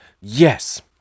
Yes